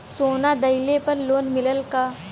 सोना दहिले पर लोन मिलल का?